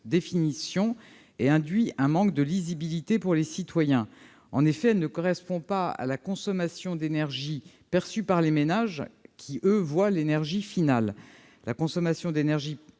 définition et induit un manque de lisibilité pour les citoyens. En effet, elle ne correspond pas à la consommation d'énergie perçue par les ménages, qui, eux, voient l'énergie finale. La consommation d'énergie